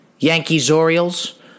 Yankees-Orioles